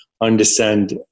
understand